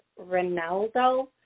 ronaldo